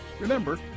Remember